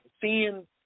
seeing